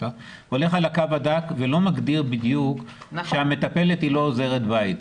אותך ולא מגדיר בדיוק שהמטפלת היא לא עוזרת בית,